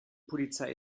polizei